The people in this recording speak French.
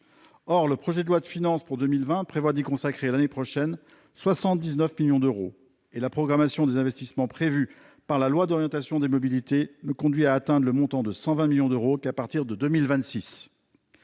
Or le projet de loi de finances pour 2020 prévoit d'y consacrer l'année prochaine 79 millions d'euros et la programmation des investissements prévue par la loi d'orientation des mobilités ne conduit à atteindre le montant de 120 millions d'euros qu'à partir de 2026.